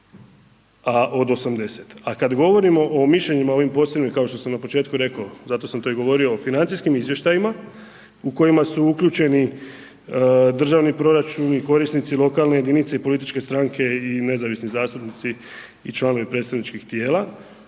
A kada govorimo o mišljenjima ovim posebnim kao što sam na početku rekao, zato sam to i govorio o financijskim izvještajima, u kojima su uključeni državni proračun i korisnici lokalne jedinice i političke stranke i nezavisni zastupnici i članovi predstavničkih tijela,